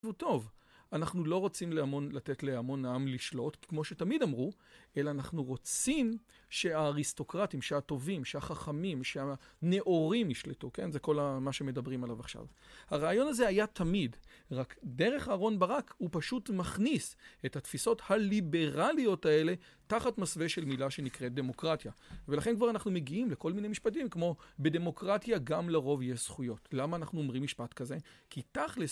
טוב אנחנו לא רוצים לתת להמון העם לשלוט כמו שתמיד אמרו אלא אנחנו רוצים שהאריסטוקרטים שהטובים שהחכמים שהנאורים ישלטו כן זה כל מה שמדברים עליו עכשיו הרעיון הזה היה תמיד רק דרך אהרן ברק הוא פשוט מכניס את התפיסות הליברליות האלה תחת מסווה של מילה שנקראת דמוקרטיה ולכן כבר אנחנו מגיעים לכל מיני משפטים כמו בדמוקרטיה גם לרוב יש זכויות למה אנחנו אומרים משפט כזה כי תכל'ס